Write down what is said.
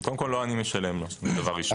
קודם כול לא אני משלם לו, דבר ראשון.